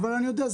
אבל אני יודע,